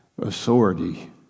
authority